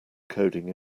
coding